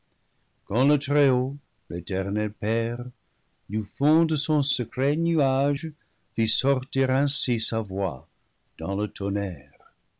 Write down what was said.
l'éternel père du fond de son secret nuage fit sortir ainsi sa voix dans le tonnerre